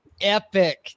epic